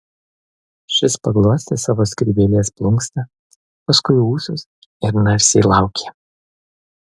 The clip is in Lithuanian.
šis paglostė savo skrybėlės plunksną paskui ūsus ir narsiai laukė